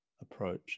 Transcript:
approach